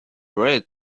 red